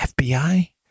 FBI